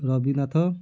ରବି ନାଥ